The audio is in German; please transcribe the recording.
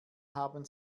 haben